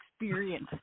experience